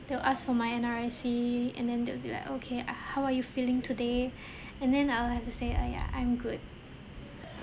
they'll ask for my N_R_I_C and then they'll be like okay uh how are you feeling today and then I'll have to say err ya I'm good